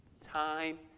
Time